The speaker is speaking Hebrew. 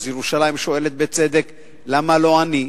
אז ירושלים שואלת בצדק: למה לא אני?